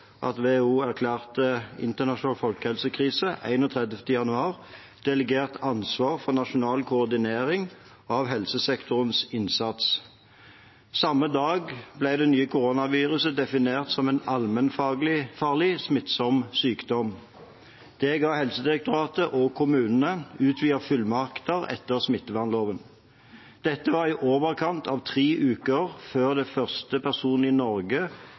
at WHO erklærte internasjonal folkehelsekrise, 31. januar, delegert ansvar for nasjonal koordinering av helsesektorens innsats. Samme dag ble det nye koronaviruset definert som en allmennfarlig smittsom sykdom. Det ga Helsedirektoratet og kommunene utvidede fullmakter etter smittevernloven. Dette var i overkant av tre uker før den første personen i Norge